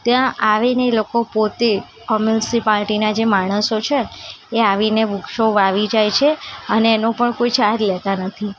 ત્યાં આવીને એ લોકો પોતે મ્યુનિસિપાલટીના જે માણસો છે એ આવીને વૃક્ષો વાવી જાય છે અને એનો પણ કોઈ ચાર્જ લેતા નથી